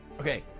Okay